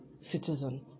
citizen